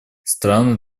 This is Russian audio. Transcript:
страны